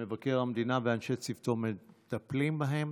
שמבקר המדינה ואנשי צוותו מטפלים בהם,